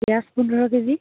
পিঁয়াজ পোন্ধৰ কেজি